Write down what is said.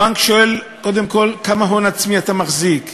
הבנק שואל קודם כול: כמה הון עצמי אתה מחזיק?